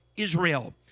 Israel